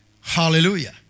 Hallelujah